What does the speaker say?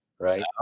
right